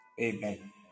Amen